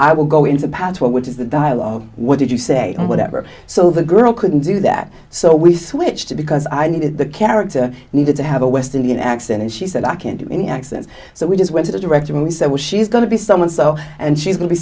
i will go into battle which is the dialogue what did you say whatever so the girl couldn't do that so we switched to because i needed the character needed to have a west indian accent and she said i can't do any accent so we just went to the director and we said was she's going to be someone so and she's